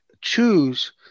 choose